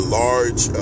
large